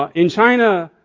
ah in china,